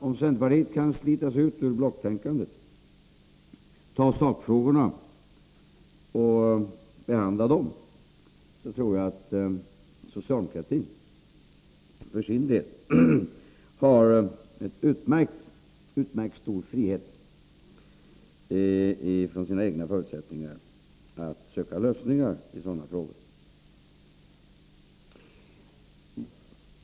Om centerpartiet kan slita sig ut ur blocktänkandet och behandla sakfrågorna, tror jag att socialdemokratin för sin del har utmärkt stor frihet från sina egna förutsättningar att söka lösningar i sådana frågor.